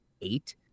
eight